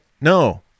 no